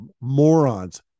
morons